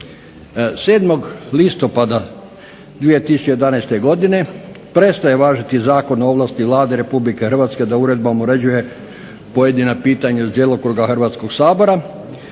7. listopada 2011. Godine prestaje važiti Zakon o ovlasti Vlade Republike Hrvatske da uredbom uređuje pojedina pitanja iz djelokruga Hrvatskoga sabora